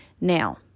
Now